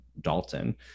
dalton